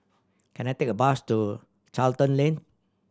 can I take a bus to Charlton Lane